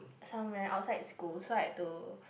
somewhere outside school so I had to